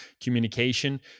Communication